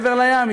מעבר לים.